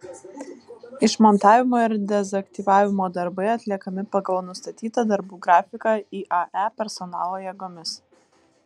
išmontavimo ir dezaktyvavimo darbai atliekami pagal nustatytą darbų grafiką iae personalo jėgomis